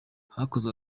hakozwe